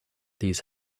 these